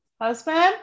Husband